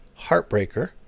Heartbreaker